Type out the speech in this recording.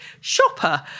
shopper